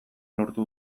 lortu